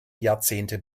jahrzehnte